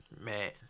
Man